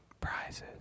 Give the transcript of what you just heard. Prizes